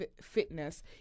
fitness